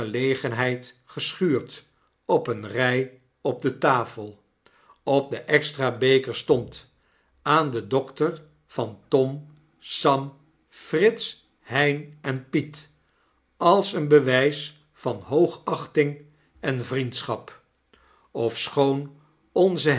op eene rij op de tafel op den extra beker stond aan den dokter van tom sam frits hein en piet als een bewijs van hoogachting en vriendschap ofschoon onze